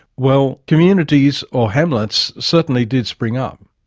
well, communities or hamlets certainly did spring up.